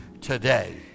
today